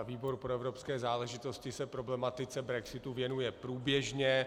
Výbor pro evropské záležitosti se problematice brexitu věnuje průběžně.